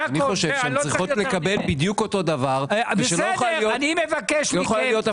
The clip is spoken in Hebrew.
אני חושב שהן צריכות לקבל בדיוק אותו דבר ושלא יכולה להיות אפליה.